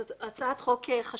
זו הצעת חוק חשובה.